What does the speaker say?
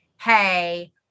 hey